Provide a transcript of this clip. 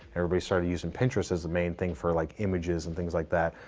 everybody started using pinterest as the main thing for like images and things like that.